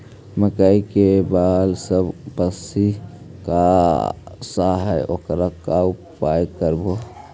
मकइ के बाल सब पशी खा जा है ओकर का उपाय करबै?